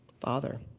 Father